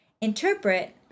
Interpret